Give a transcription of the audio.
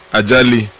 ajali